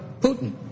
Putin